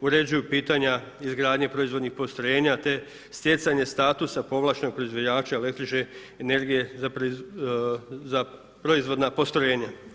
uređuju pitanja izgradnje proizvodnih postrojenja te stjecanje statusa povlaštenog proizvođača električne energije za proizvoda postrojenja.